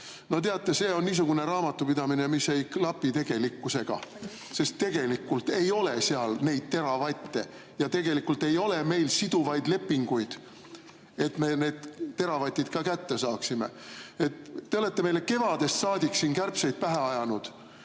no teate, see on niisugune raamatupidamine, mis ei klapi tegelikkusega, sest tegelikult ei ole seal neid teravatte ja tegelikult ei ole meil siduvaid lepinguid, et me need teravatid ka kätte saaksime. Te olete meile kevadest saadik siin kärbseid pähe ajanud